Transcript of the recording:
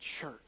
church